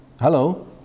Hello